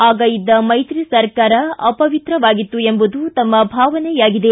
ಆಗ ಇದ್ದ ಮೈತ್ರಿ ಸರ್ಕಾರ ಅಪವಿತ್ರವಾಗಿತ್ತು ಎಂಬುದು ತಮ್ಮ ಭಾವನೆಯಾಗಿದೆ